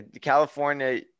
California